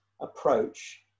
approach